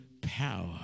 power